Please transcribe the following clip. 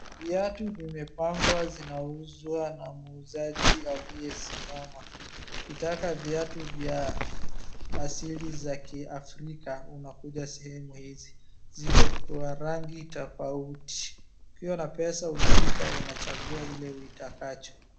Viatu zimepangwa zinauzwa na muuzaji aliyesimama ,ukitaka viatu vya asili za Kiafrika, unakuja sehemu hizi ziko kwa rangi tofauti ukiwa na pesa unalipa unachagua ile uitakacho.